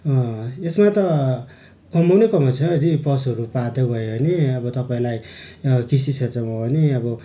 यसमा त कमाउनै कमाउँछ जे पशुहरू पालेर भए पनि अब तपाईँलाई कृषि क्षेत्रमा भए पनि अब